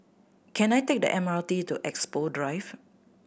can I take the M R T to Expo Drive